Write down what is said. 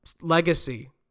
legacy